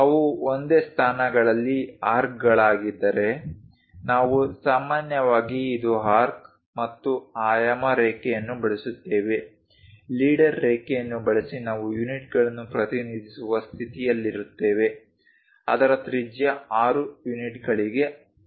ಅವು ಒಂದೇ ಸ್ಥಾನಗಳಲ್ಲಿ ಆರ್ಕ್ಗಳಾಗಿದ್ದರೆ ನಾವು ಸಾಮಾನ್ಯವಾಗಿ ಇದು ಆರ್ಕ್ ಮತ್ತು ಆಯಾಮ ರೇಖೆಯನ್ನು ಬಳಸುತ್ತೇವೆ ಲೀಡರ್ ರೇಖೆಯನ್ನು ಬಳಸಿ ನಾವು ಯೂನಿಟ್ಗಳನ್ನು ಪ್ರತಿನಿಧಿಸುವ ಸ್ಥಿತಿಯಲ್ಲಿರುತ್ತೇವೆ ಅದರ ತ್ರಿಜ್ಯ 6 ಯೂನಿಟ್ಗಳಿಗೆ R